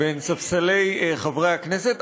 לא, בין ספסלי חברי הכנסת.